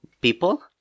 people